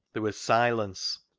there was silence